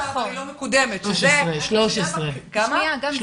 אני לא